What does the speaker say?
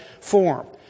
form